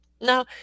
Now